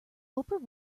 oprah